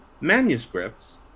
manuscripts